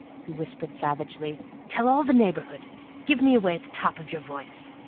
he whispered savagely tell all the neighborhood give me away at the top of your voice!